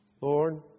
Lord